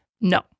No